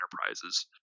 enterprises